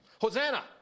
Hosanna